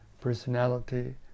Personality